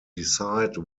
decide